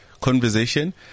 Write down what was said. Conversation